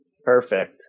Perfect